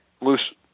Loose